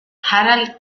harald